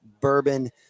Bourbon